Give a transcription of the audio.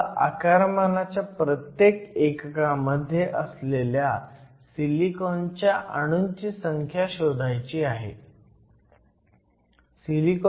आपल्याला आकारमानाच्या प्रत्येक एककामध्ये असलेला सिलिकॉनच्या अणूंची संख्या शोधायची आहे